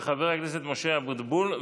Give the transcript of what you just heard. חבר הכנסת משה אבוטבול,